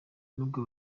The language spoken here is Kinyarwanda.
nubwo